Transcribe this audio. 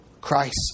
Christ